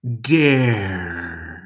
Dare